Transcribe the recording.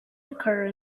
occur